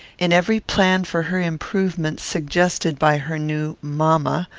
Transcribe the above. in every plan for her improvement suggested by her new mamma,